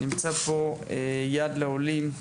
נמצא פה יד לעולים,